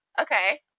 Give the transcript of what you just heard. Okay